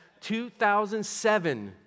2007